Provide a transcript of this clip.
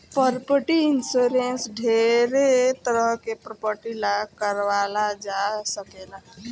property insurance ढेरे तरह के प्रॉपर्टी ला कारवाल जा सकेला